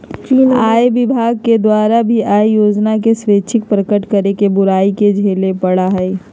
आय विभाग के द्वारा भी आय योजना के स्वैच्छिक प्रकट करे के बुराई के झेले पड़ा हलय